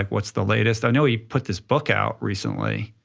what's the latest? i know he put this book out recently.